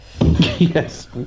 Yes